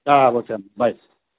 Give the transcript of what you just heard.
ఉంటాను బాయ్